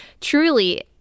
Truly